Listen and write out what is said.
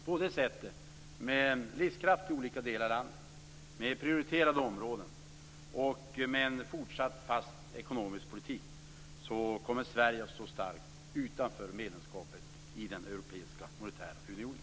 På det sättet - med livskraft i olika delar av landet, med prioriterade områden och med en fortsatt fast ekonomisk politik - kommer Sverige att stå starkt utanför medlemskapet i den europeiska monetära unionen.